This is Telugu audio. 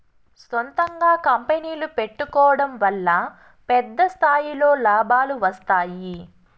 సొంతంగా కంపెనీ పెట్టుకోడం వల్ల పెద్ద స్థాయిలో లాభాలు వస్తాయి